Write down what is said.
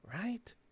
Right